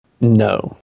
No